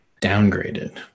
downgraded